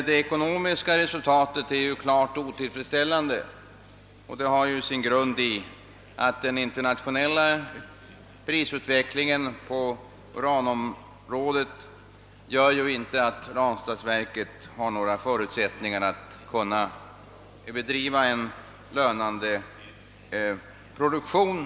Det ekonomiska resultatet är emel Jlertid klart otillfredsställande, vilket har sin grund i att den internationella prisutvecklingen på uranområdet medfört att Ranstadsverket inte har förutsättningar att kunna bedriva en lönande produktion.